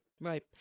Right